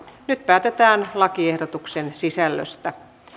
nyt päätetään lakiehdotuksen sisällöstä